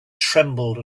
trembled